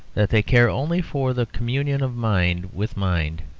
that they care only for the communion of mind with mind